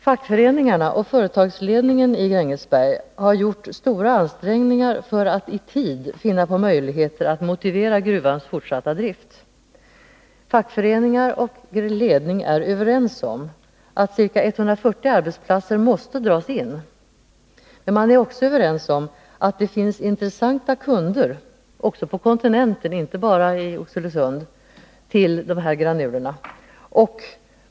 Fackföreningarna och företagsledningen i Grängesberg har gjort stora ansträngningar för att i tid finna på möjligheter att motivera gruvans fortsatta drift. Fackföreningar och ledning är överens om att ca 140 arbetsplatser måste dras in. Men man är också överens om att det finns intressanta kunder också på kontinenten — alltså inte bara i Oxelösund — till de här granulerna.